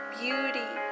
beauty